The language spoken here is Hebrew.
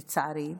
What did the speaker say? לצערי,